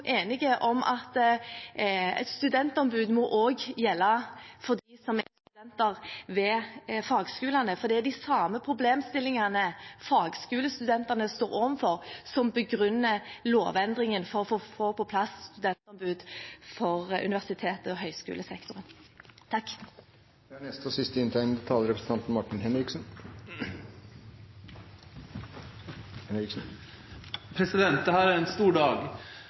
enige om at et studentombud også må gjelde for dem som er studenter ved fagskolene, for det er de samme problemstillingene fagskolestudentene står overfor som begrunner lovendringen for å få på plass studentombud for universitets- og høyskolesektoren. Dette er en stor dag, og